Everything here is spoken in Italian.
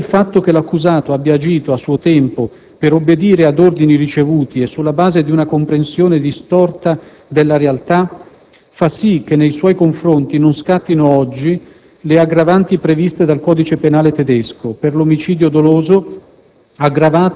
Tuttavia, il fatto che l'accusato abbia agito, a suo tempo, per obbedire ad ordini ricevuti e sulla base di una comprensione distorta della realtà fa sì che nei suoi confronti non scattino oggi le aggravanti previste dal codice penale tedesco per l'omicidio doloso